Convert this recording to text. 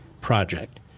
project